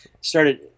started